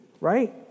right